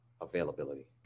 availability